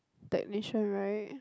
technician right